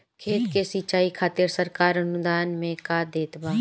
खेत के सिचाई खातिर सरकार अनुदान में का देत बा?